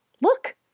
look